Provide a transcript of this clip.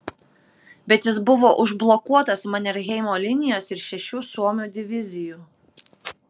bet jis buvo užblokuotas manerheimo linijos ir šešių suomių divizijų